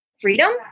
freedom